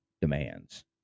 demands